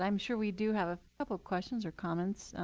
um sure we do have a couple questions or comments.